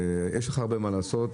יש לך הרבה מה לעשות,